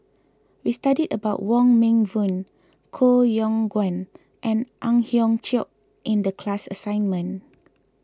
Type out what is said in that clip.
we studied about Wong Meng Voon Koh Yong Guan and Ang Hiong Chiok in the class assignment